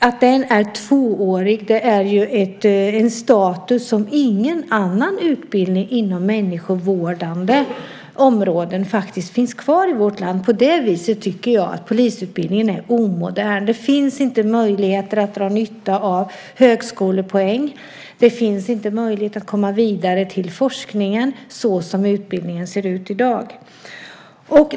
Att den är tvåårig är en status som ingen annan utbildning inom människovårdande områden har kvar. På det viset tycker jag att polisutbildningen är omodern. Det finns inte möjligheter att dra nytta av högskolepoäng. Det finns inte möjlighet att komma vidare till forskningen som utbildningen ser ut i dag.